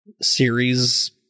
series